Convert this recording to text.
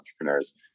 entrepreneurs